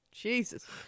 Jesus